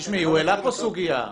הוא העלה פה סוגיה,